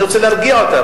אני רוצה להרגיע אותם,